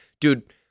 dude